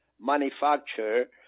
manufacture